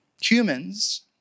Humans